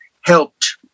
helped